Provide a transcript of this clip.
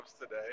today